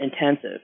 intensive